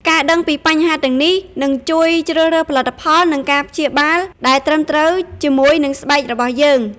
ការដឹងពីបញ្ហាទាំងនេះនឹងជួយជ្រើសរើសផលិតផល និងការព្យាបាលដែលត្រឹមត្រូវជាមួយនឹងស្បែករបស់យើង ។